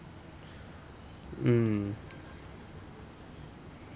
mm